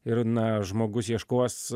ir na žmogus ieškos